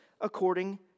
according